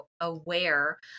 aware